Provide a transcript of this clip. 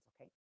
okay